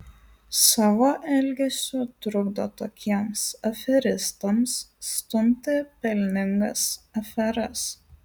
savo elgesiu trukdo tokiems aferistams stumti pelningas aferas